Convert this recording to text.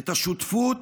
את השותפות